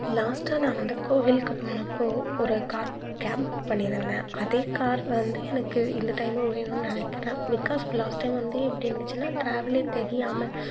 லாஸ்டாக நான் வந்து கோவிலுக்கு போனப்போது ஒரு கார் கேப் பண்ணியிருந்தேன் அதே கார் வந்து எனக்கு இந்த டையமும் வேணும்னு நினைக்கிறேன் பிகாஸ் லாஸ்ட் டையம் வந்து எப்படி இருந்துச்சுனா டிராவலே தெரியாமல்